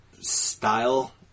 style